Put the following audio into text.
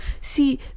see